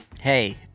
Hey